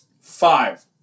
five